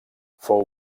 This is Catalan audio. fou